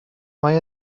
mae